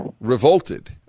revolted